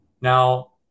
Now